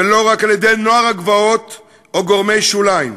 ולא רק על-ידי נוער הגבעות או גורמי שוליים.